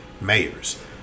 mayors